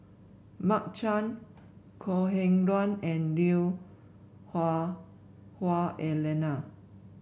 Mark Chan Kok Heng Leun and Lui Hah Wah Elena